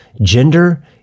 gender